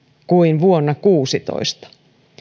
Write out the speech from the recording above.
kuin vuonna kuusitoista